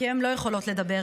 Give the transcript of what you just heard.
כי הן לא יכולות לדבר,